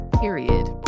period